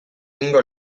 egingo